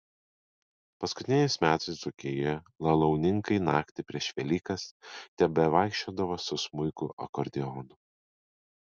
paskutiniais metais dzūkijoje lalauninkai naktį prieš velykas tebevaikščiodavo su smuiku akordeonu